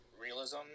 realism